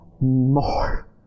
more